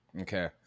Okay